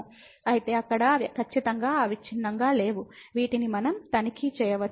కాబట్టి అక్కడ అవి ఖచ్చితంగా అవిచ్ఛిన్నంగా లేవు వీటిని మనం తనిఖీ చేయవచ్చు